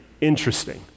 Interesting